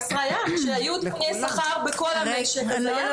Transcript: כשהיו דיוני שכר בכל המשק אז היה.